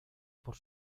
por